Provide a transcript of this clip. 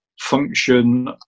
function